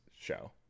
show